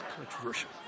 Controversial